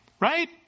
Right